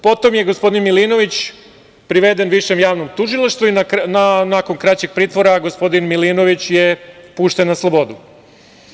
Potom je gospodin Milinović priveden Višem javnom tužilaštvu i nakon kraćeg pritvora gospodin Milinović je pušten na slobodu.